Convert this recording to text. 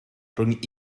rhwng